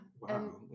Wow